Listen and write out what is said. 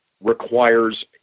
requires